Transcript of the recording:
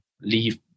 leave